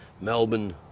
Melbourne